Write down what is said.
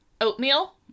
oatmeal